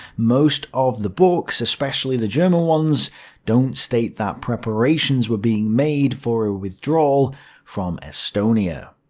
most of the books especially the german ones don't state that preparations were being made for a withdrawal from estonia.